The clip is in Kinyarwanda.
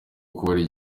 buri